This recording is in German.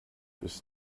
ist